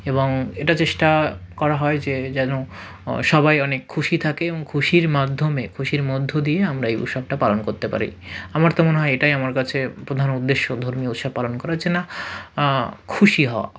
এবং এটা চেষ্টা করা হয় যে যেন সবাই অনেক খুশি থাকে এবং খুশির মাধ্যমে খুশির মধ্য দিয়ে আমরা এই উসসবটা পালন করতে পারি আমার তো মনে হয় এটাই আমার কাছে প্রধান উদ্দেশ্য ধর্মীয় উৎসব পালন করার যে নাহ খুশি হওয়া